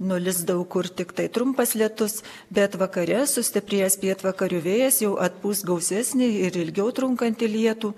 nulis daug kur tiktai trumpas lietus bet vakare sustiprėjęs pietvakarių vėjas jau atpūs gausesnį ir ilgiau trunkantį lietų